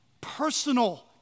personal